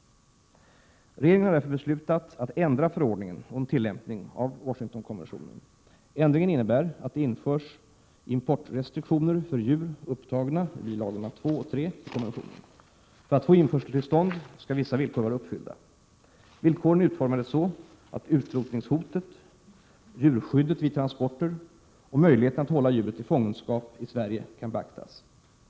Regeringen har därför beslutat att ändra förordningen om tillämpning av Washingtonkonventionen. Ändringen innebär att det införs importrestriktioner för djur upptagna i bilagorna II och III till konventionen. För att få införseltillstånd skall vissa villkor vara uppfyllda. Villkoren är utformade så, att utrotningshotet, djurskyddet vid transporter och möjligheterna att hålla djuret i fångenskap i Sverige kan beaktas.